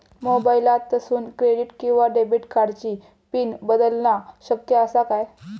मोबाईलातसून क्रेडिट किवा डेबिट कार्डची पिन बदलना शक्य आसा काय?